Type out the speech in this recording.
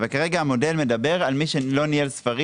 אבל כרגע המודל מדבר על מי שלא ניהל ספרים